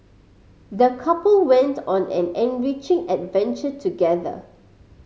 the couple went on an enriching adventure together